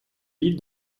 vivre